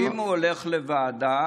אם הוא הולך לוועדה,